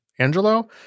Angelo